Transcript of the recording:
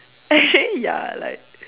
actually ya like